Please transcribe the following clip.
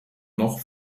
noch